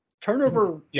Turnover